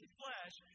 flesh